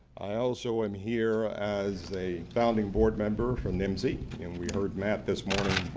i also am here as a founding board member from nmsi. and we heard matt, this morning,